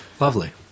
Lovely